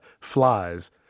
flies